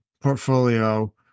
portfolio